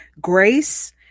Grace